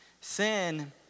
sin